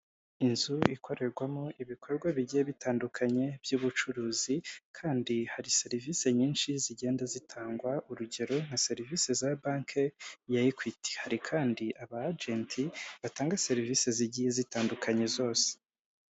Inzu ikorerwamo ibikorwa bigiye bitandukanye by'ubucuruzi kandi hari serivisi nyinshi zigenda zitangwa urugero nka serivisi za banki ya ekwiti hari kandi aba ajenti batanga serivisi zigiye zitandukanye zose.